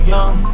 Young